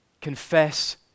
confess